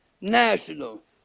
national